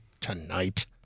tonight